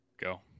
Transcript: Go